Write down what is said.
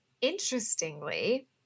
interestingly